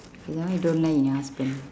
okay then what you don't like in your husband